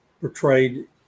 portrayed